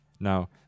Now